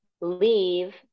leave